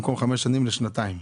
במקום חמש שנים לשנתיים.